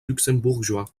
luxembourgeois